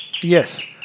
Yes